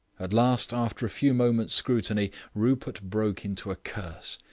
at last, after a few moments' scrutiny, rupert broke into a curse.